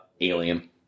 Alien